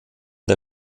der